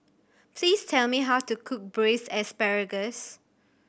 please tell me how to cook Braised Asparagus